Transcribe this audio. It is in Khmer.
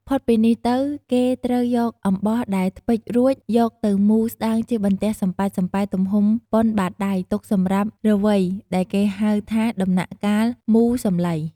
ផុតពីនេះទៅគេត្រូវយកអំបោះដែលថ្ពេចរួចយកទៅមូរស្តើងជាបន្ទះសំប៉ែតៗទំហំប៉ុនបាតដៃទុកសម្រាប់រវៃដែលគេហៅថាដំណាក់កាលមូរសំឡី។